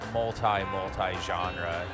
multi-multi-genre